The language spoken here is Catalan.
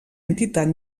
entitat